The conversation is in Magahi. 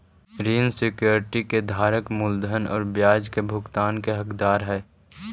ऋण सिक्योरिटी के धारक मूलधन आउ ब्याज के भुगतान के हकदार हइ